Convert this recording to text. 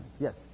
yes